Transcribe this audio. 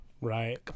right